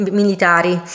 militari